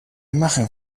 imagen